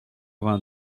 vingt